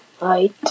Right